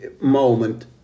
moment